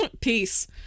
peace